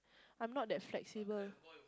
I'm not that flexible